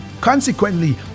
consequently